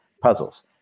puzzles